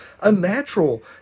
unnatural